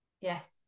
yes